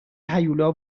هیولا